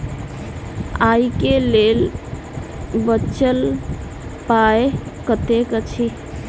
आइ केँ लेल बचल पाय कतेक अछि?